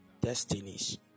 destinies